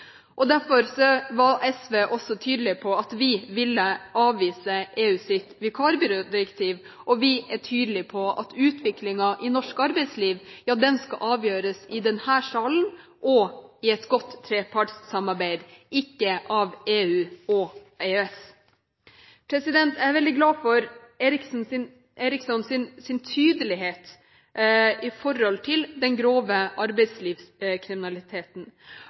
Derfor var vi i SV også tydelige på at vi ville avvise EUs vikarbyrådirektiv, og vi er tydelige på at utviklingen i norsk arbeidsliv skal avgjøres i denne salen og i et godt trepartssamarbeid – ikke av EU og EØS. Jeg er veldig glad for Erikssons tydelighet når det gjelder den grove arbeidslivskriminaliteten.